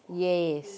yes